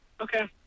Okay